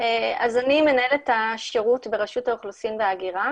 אני מנהלת השירות ברשות האוכלוסין וההגירה